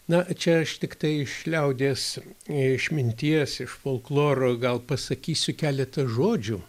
na čia aš tiktai iš liaudies išminties iš folkloro gal pasakysiu keletą žodžių